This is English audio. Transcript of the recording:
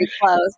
close